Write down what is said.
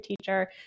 teacher